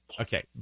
Okay